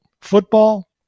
football